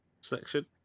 section